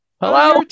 Hello